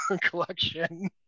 collection